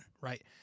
right